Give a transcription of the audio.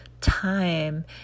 time